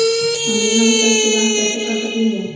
हम बीमा विकल्प के जाँच कैसे कर सकली ह?